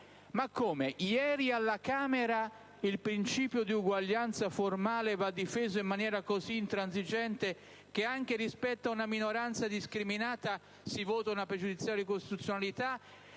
Ma come? Ieri alla Camera dite che il principio di uguaglianza formale va difeso in maniera così intransigente che, anche rispetto a una minoranza discriminata, si vota una pregiudiziale di costituzionalità,